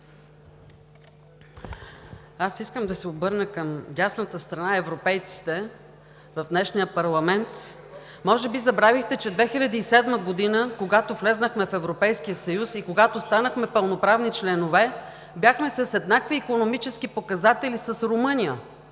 Аз искам да се обърна към дясната страна, европейците в днешния парламент. Може би забравихте, че 2007 г., когато влязохме в Европейския съюз и когато станахме пълноправни членове, бяхме с еднакви икономически показатели с Румъния,